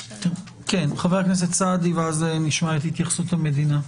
חבר הכנסת סעדי ואז נשמע את התייחסות המדינה.